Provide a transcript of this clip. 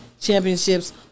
championships